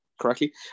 correctly